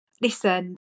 listen